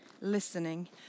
listening